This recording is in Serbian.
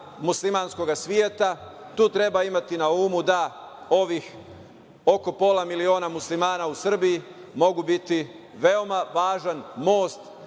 muslimanskog sveta. Tu treba imati na umu da ovih oko pola miliona Muslimana u Srbiji mogu biti veoma važan most